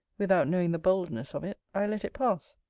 without knowing the boldness of it, i let it pass.